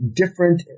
different